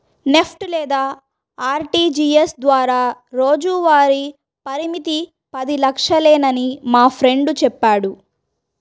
NEFT లేదా RTGS ద్వారా రోజువారీ పరిమితి పది లక్షలేనని మా ఫ్రెండు చెప్పాడు